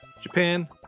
Japan